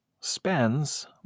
spends